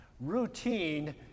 routine